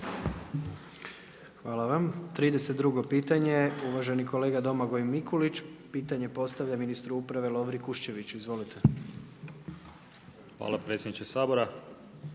Hvala vam. 32. pitanje, uvaženi kolega Domagoj Mikulić, pitanje postavlja ministru uprave Lovri Kuščeviću. **Mikulić, Domagoj (HDZ)** Hvala predsjedniče Sabora,